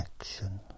action